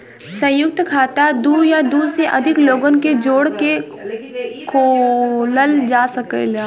संयुक्त खाता दू या दू से अधिक लोगन के जोड़ के खोलल जा सकेला